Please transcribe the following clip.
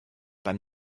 beim